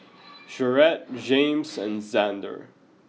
Jarett Jaymes and Xander